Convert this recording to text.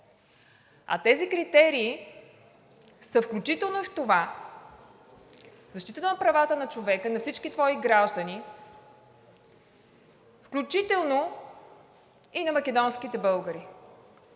а тези критерии са включително и в това защитата на правата на човека, на всички твои граждани, включително и на македонските българи,